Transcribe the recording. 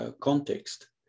context